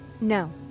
No